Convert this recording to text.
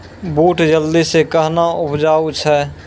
बूट जल्दी से कहना उपजाऊ छ?